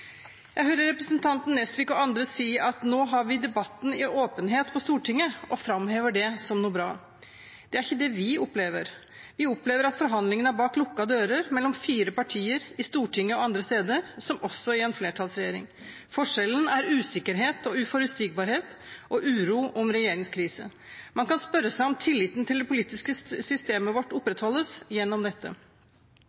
Jeg hører representanten Nesvik og andre si at vi nå har debatten i åpenhet på Stortinget, og framhever det som noe bra. Det er ikke det vi opplever. Vi opplever at forhandlingene er bak lukkede dører, mellom fire partier, i Stortinget og andre steder, som også i en flertallsregjering. Forskjellen er usikkerhet og uforutsigbarhet og uro om regjeringskrise. Man kan spørre seg om tilliten til det politiske systemet vårt